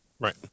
Right